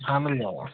हाँ मिल जाएगा